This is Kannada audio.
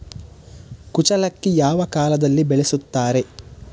ಕುಚ್ಚಲಕ್ಕಿ ಯಾವ ಕಾಲದಲ್ಲಿ ಬೆಳೆಸುತ್ತಾರೆ?